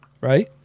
right